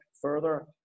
further